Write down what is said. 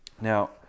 Now